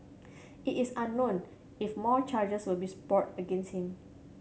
it is unknown if more charges will be brought against him